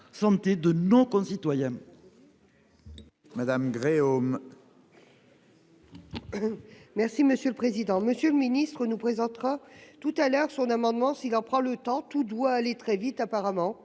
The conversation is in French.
santé de nos concitoyens.